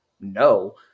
No